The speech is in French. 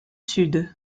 sud